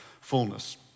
fullness